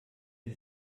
sie